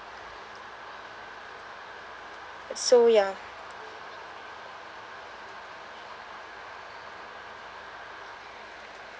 so ya